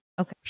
Okay